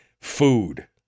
food